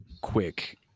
quick